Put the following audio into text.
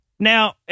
Now